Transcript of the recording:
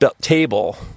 table